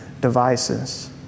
devices